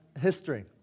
history